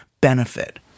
benefit